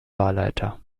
wahlleiter